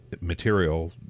material